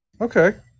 Okay